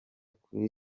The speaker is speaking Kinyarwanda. kuri